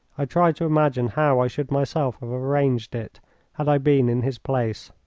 i tried to imagine how i should myself have arranged it had i been in his place.